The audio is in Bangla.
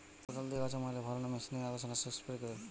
কদাল দিয়ে আগাছা মারলে ভালো না মেশিনে আগাছা নাশক স্প্রে করে?